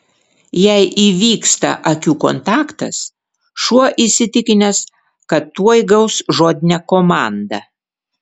jei įvyksta akių kontaktas šuo įsitikinęs kad tuoj gaus žodinę komandą